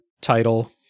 title